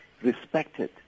respected